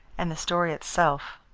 and the story itself.